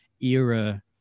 era